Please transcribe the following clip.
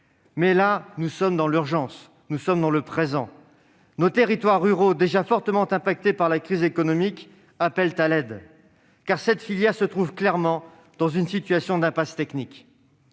mais nous sommes dans l'urgence, dans le présent, et nos territoires ruraux déjà fortement affectés par la crise économique appellent à l'aide, car cette filière se trouve clairement dans une situation d'impasse technique.